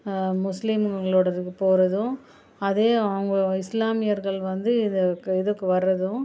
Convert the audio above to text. முஸ்லிம்ங்களோட இதுக்கு போகிறதும் அதே அவங்க இஸ்லாமியர்கள் வந்து இதுக்கு இதுக்கு வரதும்